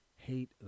Hate